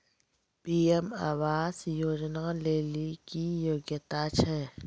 PM आवास योजना लेली की योग्यता छै?